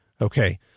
Okay